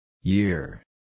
Year